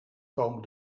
komen